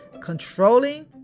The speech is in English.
controlling